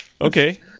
Okay